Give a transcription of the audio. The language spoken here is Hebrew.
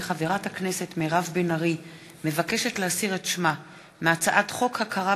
כי חברת הכנסת מירב בן ארי מבקשת להסיר את שמה מהצעת חוק הכרה